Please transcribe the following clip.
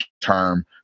term